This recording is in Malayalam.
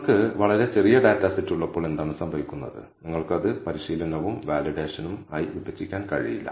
നിങ്ങൾക്ക് വളരെ ചെറിയ ഡാറ്റ സെറ്റ് ഉള്ളപ്പോൾ എന്താണ് സംഭവിക്കുന്നത് നിങ്ങൾക്ക് അത് പരിശീലനവും വാലിഡേഷൻവും ആയി വിഭജിക്കാൻ കഴിയില്ല